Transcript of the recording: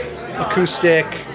acoustic